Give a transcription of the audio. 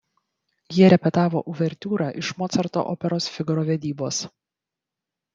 jie repetavo uvertiūrą iš mocarto operos figaro vedybos